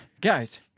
Guys